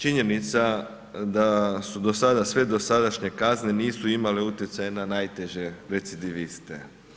Činjenica da su do sada sve dosadašnje kazne nisu imale utjecaj na najteže recidiviste.